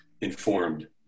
informed